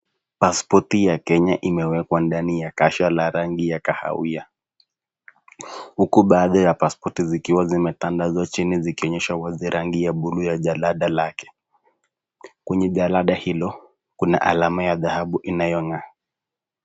Paspoti ya Kenya imewekwa ndani ya kasha la rangi ya kahawia, huku baada ya paspoti zikiwa zimetandazwa chini zikionyesha wazi rangi ya blue ya jalada lake. Kwenye jalada hilo, kuna alama ya dhahabu inayongaa.